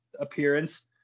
appearance